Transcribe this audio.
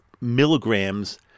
milligrams